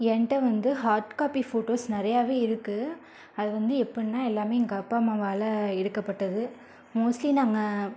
என்கிட்ட வந்து hard copy photos நிறையாவே இருக்குது அது வந்து எப்புடினா எல்லாமே எங்கள் அப்பா அம்மாவால் எடுக்கப்பட்டது மோஸ்லி நாங்கள்